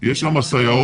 יש שם סייעות,